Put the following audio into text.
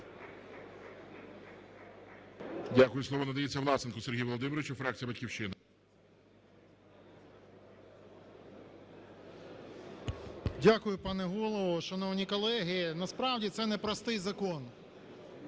Дякую. Пане Голово! Шановні колеги! Насправді це непростий закон,